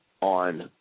on